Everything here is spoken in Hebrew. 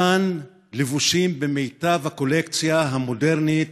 כאן לבושים במיטב הקולקציה המודרנית,